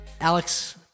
Alex